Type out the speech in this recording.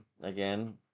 again